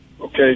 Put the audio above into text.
Okay